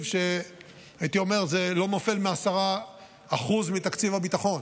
שהייתי אומר שלא נופל מ-10% מתקציב הביטחון,